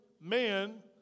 man